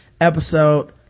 episode